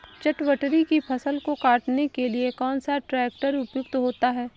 चटवटरी की फसल को काटने के लिए कौन सा ट्रैक्टर उपयुक्त होता है?